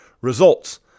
results